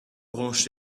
branches